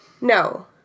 No